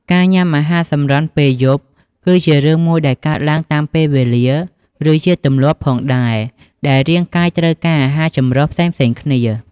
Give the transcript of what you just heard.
ការញ៉ាំអាហារសម្រន់ពេលយប់ គឺជារឿងមួយដែលកើតឡើងតាមពេលវេលា ឬជាទម្លាប់ផងដែរ ដែលរាងកាយត្រូវការអាហារចម្រុះផ្សេងៗគ្នា។